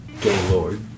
Gaylord